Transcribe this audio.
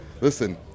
Listen